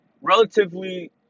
relatively